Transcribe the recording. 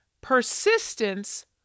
Persistence